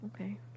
okay